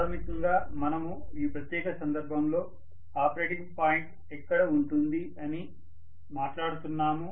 ప్రాథమికంగా మనము ఈ ప్రత్యేక సందర్భంలో ఆపరేటింగ్ పాయింట్ ఎక్కడ ఉంటుంది అని మాట్లాడుతున్నాము